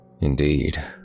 Indeed